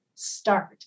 Start